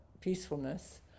peacefulness